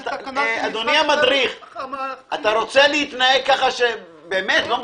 זו תקנת --- אדוני המדריך, באמת לא מכובד.